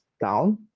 down